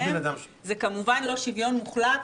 זה כמובן לא שוויון מוחלט,